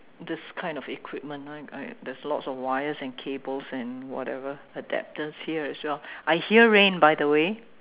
these kind of equipment I I there's a lot of wires and cables and whatever adapters here as well I hear rain by the way